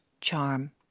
charm